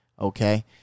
Okay